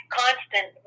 constant